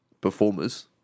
performers